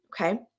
okay